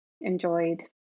enjoyed